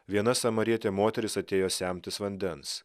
viena samarietė moteris atėjo semtis vandens